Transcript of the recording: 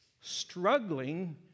struggling